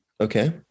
Okay